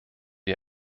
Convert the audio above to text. die